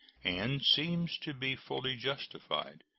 and seems to be fully justifiable.